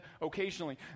occasionally